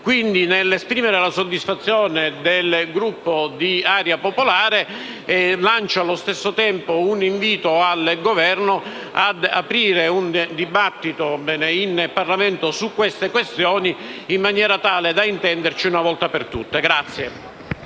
Quindi, nell'esprimere la soddisfazione del Gruppo di Area Popolare, lancio allo stesso tempo un invito al Governo ad aprire un dibattito in Parlamento su queste questioni, in maniera tale da intenderci una volta per tutte. [DE